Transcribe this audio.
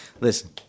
listen